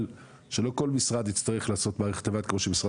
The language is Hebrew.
שלא כל משרד יצטרך לעשות מערכת לבד כמו שמשרד